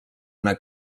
una